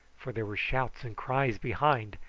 for there were shouts and cries behind,